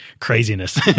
craziness